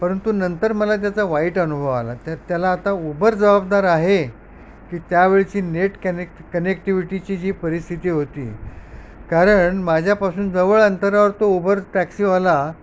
परतु नंतर मला त्याचा वाईट अनुभव आला त्या त्याला आता उभर जबाबदार आहे की त्यावेळेची नेट कनेक्ट कनेक्टिव्हिटीची जी परिस्थिती होती कारण माझ्यापासून जवळ अंतरावर तो ओबर टॅक्सीवाला